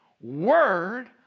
word